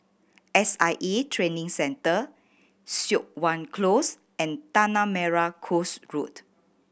S I A Training Centre Siok Wan Close and Tanah Merah Coast Road